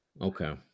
okay